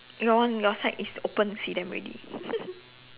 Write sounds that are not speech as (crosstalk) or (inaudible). your one your side is open you see them already (laughs)